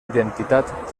identitat